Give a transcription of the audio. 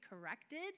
corrected